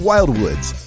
Wildwoods